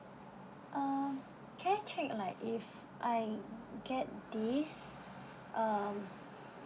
uh can I check like if I get this uh